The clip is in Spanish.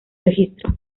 registro